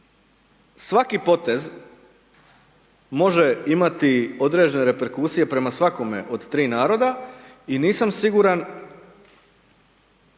svaki potez može imati određene reperkusije prema svakome od tri naroda i nisam siguran